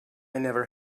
never